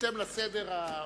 בהתאם לסדר.